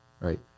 right